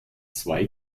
zwei